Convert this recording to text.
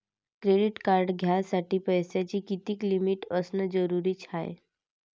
Credit card घ्यासाठी पैशाची कितीक लिमिट असनं जरुरीच हाय?